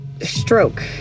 Stroke